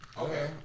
Okay